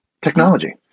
technology